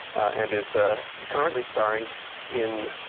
and is currently starring in